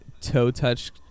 toe-touch